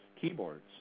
keyboards